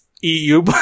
EU